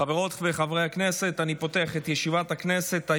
חברות וחברי הכנסת, אני פותח את ישיבת הכנסת.